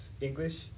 English